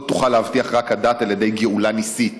"זאת תוכל להבטיח רק הדת, על ידי 'גאולה' ניסית".